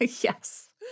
Yes